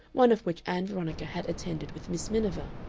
one of which ann veronica had attended with miss miniver,